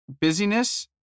busyness